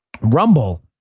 Rumble